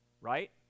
Right